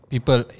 People